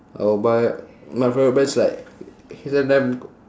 I will buy my favourite brands like H&M